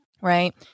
right